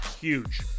huge